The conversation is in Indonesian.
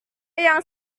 yang